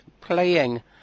playing